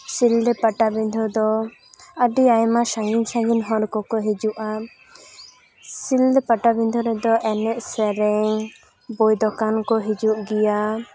ᱥᱤᱞᱫᱟᱹ ᱯᱟᱴᱟᱵᱤᱫᱷᱟᱹ ᱫᱚ ᱟᱹᱰᱤ ᱟᱭᱢᱟ ᱥᱟᱺᱜᱤᱧ ᱥᱟᱺᱜᱤᱧ ᱦᱚᱲ ᱠᱚᱠᱚ ᱦᱤᱡᱩᱜᱼᱟ ᱥᱤᱞᱫᱟᱹ ᱯᱟᱴᱟᱵᱤᱰᱷᱟᱹ ᱨᱮᱫᱚ ᱮᱱᱮᱡ ᱥᱮᱨᱮᱧ ᱵᱳᱭ ᱫᱚᱠᱟᱱ ᱠᱚ ᱦᱤᱡᱩᱜ ᱜᱮᱭᱟ